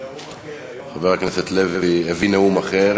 חבר הכנסת לוי הביא נאום אחר.